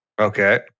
Okay